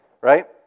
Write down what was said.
Right